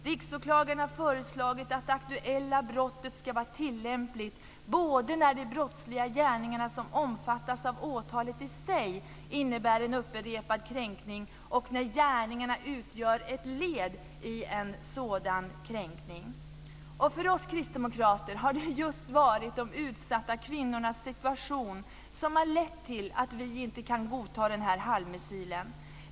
Riksåklagaren har föreslagit att det aktuella brottet ska vara tillämpligt både när de brottsliga gärningar som omfattas av åtalet i sig innebär en upprepad kränkning och när gärningarna utgör ett led i en sådan kränkning. För oss kristdemokrater har det varit just de utsatta kvinnornas situation som har lett till att vi inte kan godta den här halvmesyren.